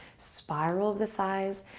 spiral of the thighs,